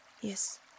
Yes